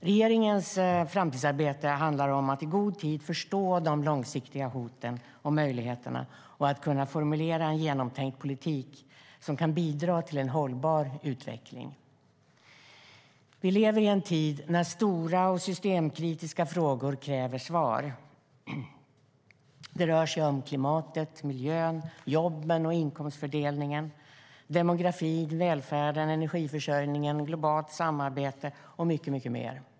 Regeringens framtidsarbete handlar om att i god tid förstå de långsiktiga hoten och möjligheterna och formulera en genomtänkt politik som kan bidra till en hållbar utveckling. Vi lever i en tid när stora och systemkritiska frågor kräver svar. Det rör sig om klimatet, miljön, jobben och inkomstfördelningen, demografin, välfärden, energiförsörjningen, globalt samarbete och mycket mer.